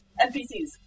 NPCs